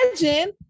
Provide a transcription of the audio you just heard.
imagine